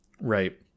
Right